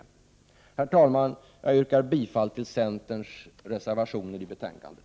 Herr talman! Jag yrkar bifall till centerns reservationer till betänkandet.